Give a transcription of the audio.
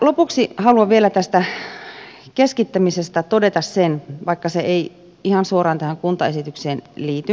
lopuksi haluan vielä tästä keskittämisestä todeta vaikka se ei ihan suoraan tähän kuntaesitykseen liity